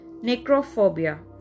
Necrophobia